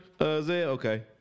Okay